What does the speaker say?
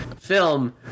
film